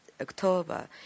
October